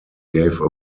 gave